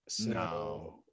no